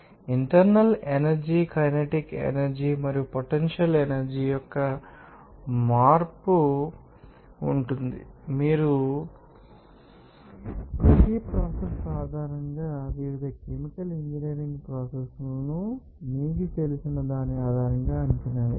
internal energy kinetic energy మరియు potential energy యొక్క మార్పు ఉంటుందని మీరు చూస్తారు మరియు మీకు తెలిసిన వారి ఆధారంగా మీకు తెలిసిన ప్రతి ప్రోసెస్ ఆధారంగా వివిధ కెమికల్ ఇంజనీరింగ్ ప్రోసెస్ లను మీకు తెలిసిన దాని ఆధారంగా అంచనా వేయాలి